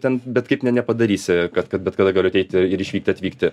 ten bet kaip ne nepadarysi kad kad bet kada galiu ateiti ir išvykti atvykti